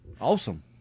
Awesome